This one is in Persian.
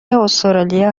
استرالیا